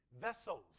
vessels